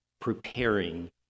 Preparing